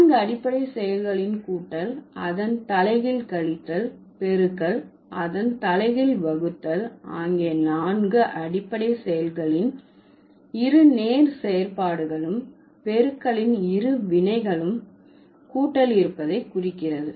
நான்கு அடிப்படை செயல்களின் கூட்டல் அதன் தலைகீழ் கழித்தல் பெருக்கல் அதன் தலைகீழ் வகுத்தல் ஆகிய நான்கு அடிப்படை செயல்களின் இரு நேர் செயற்பாடுகளும் பெருக்களின் இரு வினைகளும் கூட்டல் இருப்பதை குறிக்கிறது